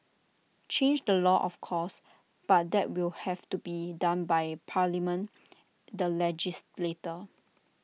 change the law of course but that will have to be done by parliament the legislators